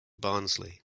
barnsley